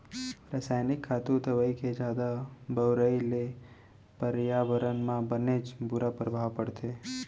रसायनिक खातू, दवई के जादा बउराई ले परयाबरन म बनेच बुरा परभाव परथे